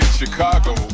Chicago